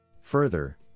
Further